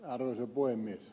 arvoisa puhemies